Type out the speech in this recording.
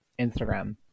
Instagram